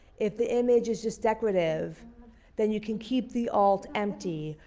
if the image is just decorative then you can keep the alt empty,